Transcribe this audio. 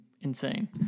insane